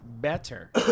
better